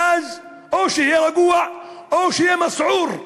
ואז או שיהיה רגוע או שיהיה "מסעוּר"